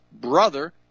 brother